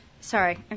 sorry